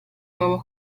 nuovo